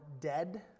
dead